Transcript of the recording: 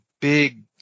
big